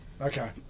Okay